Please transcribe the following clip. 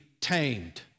tamed